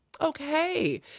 Okay